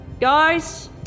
Guys